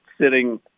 sitting